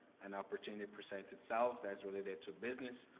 an opportunity presents itself that is related to business,